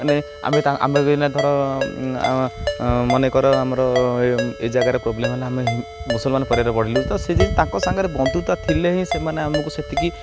ମାନେ ଆମେ ଆମେ ଏଇନା ଧର ମନେକର ଆମର ଏ ଜାଗାରେ ପ୍ରୋବ୍ଲେମ୍ ହେଲା ଆମେ ମୁସଲମାନ ପରିବାରରେ ବଢ଼ିଲୁ ତ ସେ ତାଙ୍କ ସାଙ୍ଗରେ ବନ୍ଧୁତା ଥିଲେ ହିଁ ସେମାନେ ଆମକୁ ସେତିକି